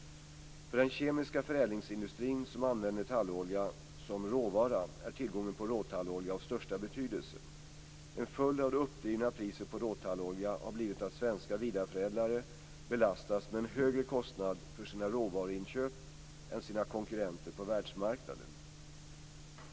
För den kemiska förädlingsindustrin, som använder tallolja som råvara, är tillgången på råtallolja av största betydelse. En följd av det uppdrivna priset på råtallolja har blivit att svenska vidareförädlare belastats med en högre kostnad för sina råvaruinköp än sina konkurrenter på världsmarknaden.